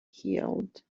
healed